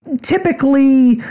typically